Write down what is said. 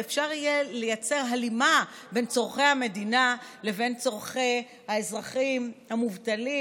ואפשר יהיה לייצר הלימה בין צורכי המדינה לבין צורכי האזרחים המובטלים,